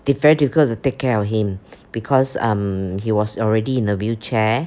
they very difficult to take care of him because um he was already in a wheelchair